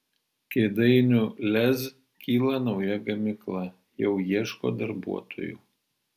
kėdainių lez kyla nauja gamykla jau ieško darbuotojų